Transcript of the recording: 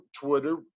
Twitter